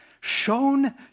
shown